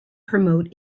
promote